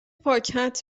پاکت